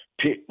pick